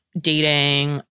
dating